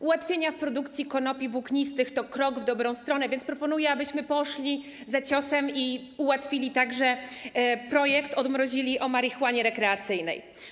Ułatwienia w produkcji konopi włóknistych to krok w dobrą stronę, więc proponuję, abyśmy poszli za ciosem i odmrozili także projekt o marihuanie rekreacyjnej.